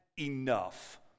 enough